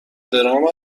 درام